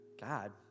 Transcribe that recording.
God